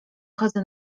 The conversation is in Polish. chodzę